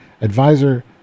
advisor